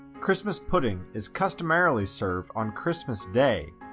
christmas pudding is customarily served on christmas day,